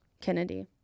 Kennedy